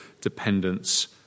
dependence